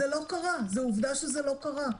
זה לא קרה, עובדה שזה לא קרה.